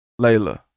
Layla